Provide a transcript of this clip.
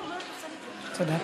תודה.